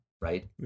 right